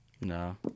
No